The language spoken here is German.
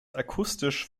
akustisch